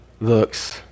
looks